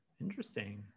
Interesting